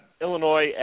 Illinois